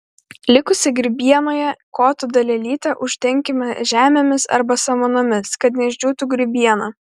likusią grybienoje koto dalelytę uždenkime žemėmis arba samanomis kad neišdžiūtų grybiena